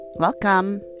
welcome